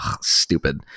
stupid